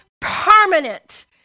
permanent